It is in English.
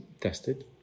tested